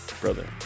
Brother